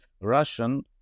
Russian